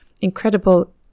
incredible